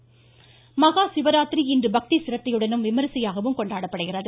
சிவராத்திரி மஹா சிவாராத்திரி இன்று பக்தி சிரத்தையுடனும் விமர்சையாகவும் கொண்டாடப்படுகிறது